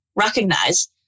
recognize